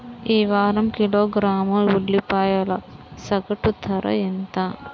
ఈ వారం కిలోగ్రాము ఉల్లిపాయల సగటు ధర ఎంత?